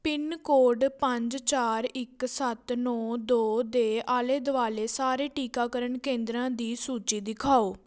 pin code ਪੰਜ ਚਾਰ ਇਕ ਸੱਤ ਨੌਂ ਦੋ ਦੇ ਆਲੇ ਦੁਆਲੇ ਸਾਰੇ ਟੀਕਾਕਰਨ ਕੇਂਦਰਾਂ ਦੀ ਸੂਚੀ ਦਿਖਾਓ